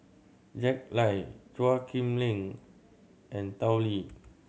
Jack Lai Chua Chim Kang and Tao Li